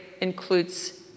includes